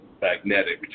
Magnetic